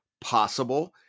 possible